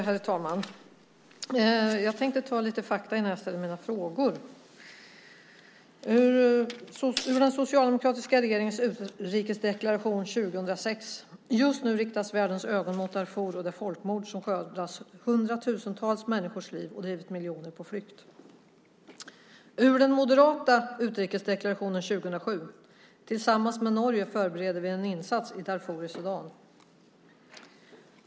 Herr talman! Jag tänkte ta lite fakta innan jag ställer mina frågor. I den socialdemokratiska regeringens utrikesdeklaration 2006 står: Just nu riktas världens ögon mot Darfur och det folkmord som skördat hundratusentals människors liv och drivit miljoner på flykt. I den moderata utrikesdeklarationen 2007 kan man läsa: Tillsammans med Norge förbereder vi en insats i Darfur i Sudan.